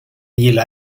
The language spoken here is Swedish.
gillar